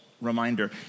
Reminder